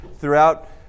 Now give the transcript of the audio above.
throughout